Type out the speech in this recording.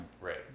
Right